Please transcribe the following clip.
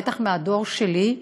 בטח מהדור שלי,